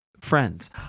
friends